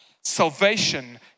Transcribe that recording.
Salvation